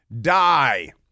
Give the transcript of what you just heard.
die